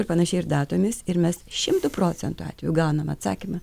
ir panašiai ir datomis ir mes šimtu procentų atvejų gauname atsakymą